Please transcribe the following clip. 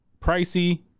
pricey